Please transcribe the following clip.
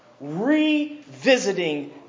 revisiting